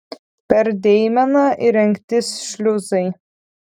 per deimeną įrengti šliuzai